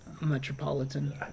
Metropolitan